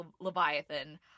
Leviathan